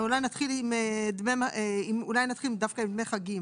אולי נתחיל דווקא עם דמי חגים.